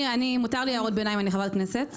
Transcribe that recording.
מותר לי הערות ביניים, אני חברת כנסת.